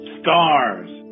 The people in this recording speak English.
Stars